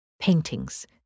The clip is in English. paintings